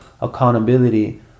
accountability